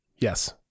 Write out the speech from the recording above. Yes